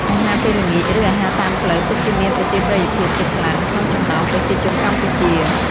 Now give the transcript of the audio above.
អាហារពេលល្ងាច ឬ អាហារតាមផ្លូវពិតជាមានប្រជាប្រិយភាពជាខ្លាំងក្នុងចំណោមប្រជាជនកម្ពុជា។